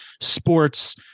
Sports